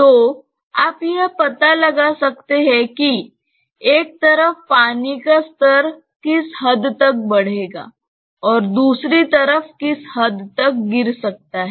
तो आप यह पता लगा सकते हैं कि एक तरफ पानी का स्तर किस हद तक बढ़ेगा और दूसरी तरफ किस हद तक गिर सकता है